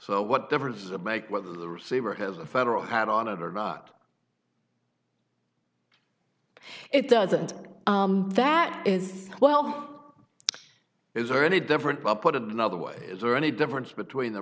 so what difference does it make whether the receiver has a federal had on it or not it doesn't that is well it's already different but put it another way is there any difference between the